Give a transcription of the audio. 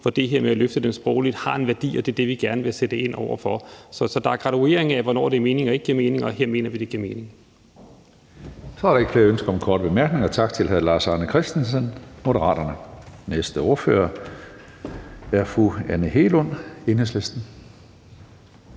hvor det her med at løfte dem sprogligt har en værdi, og det er det, vi gerne vil sætte ind over for. Så der er graduering af, hvornår det giver mening og ikke giver mening, og her mener vi, det giver mening. Kl. 15:24 Tredje næstformand (Karsten Hønge): Så er der ikke flere ønsker om korte bemærkninger. Tak til hr. Lars Arne Christensen, Moderaterne. Næste ordfører er fru Anne Hegelund, Enhedslisten.